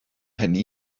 hynny